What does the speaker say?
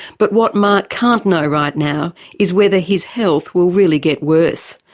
but what marc can't know right now is whether his health will really get worse,